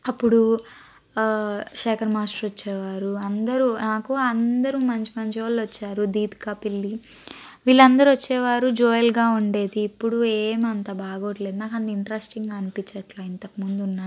అప్పుడు శేఖర్ మాస్టర్ వచ్చేవారు అందరూ నాకు అందరూ మంచి మంచివాళ్ళు వచ్చారు దీపిక పిల్లి వీళ్ళందరూ వచ్చేవారు జోవియల్గా ఉండేది ఇప్పుడు ఏమంత బాగోట్లేదు నాకు అంత ఇంటరెస్టింగ్గా అనిపించట్లేదు ఇంతకుముందు ఉన్నంత